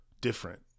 different